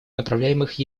направляемых